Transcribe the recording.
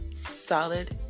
solid